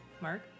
Mark